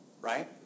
right